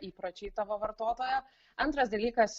įpročiai tavo vartotojo antras dalykas